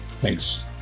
Thanks